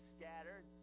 scattered